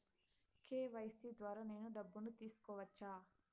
KYC ద్వారా నేను డబ్బును తీసుకోవచ్చా?